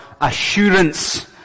assurance